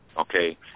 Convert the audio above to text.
Okay